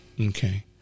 Okay